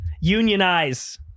Unionize